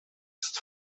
ist